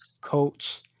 coach